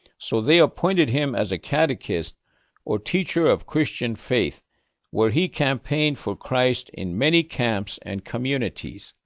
so they appointed him as a catechist or teacher of christian faith where he campaigned for christ in many camps and communities.